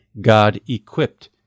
God-equipped